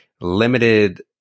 limited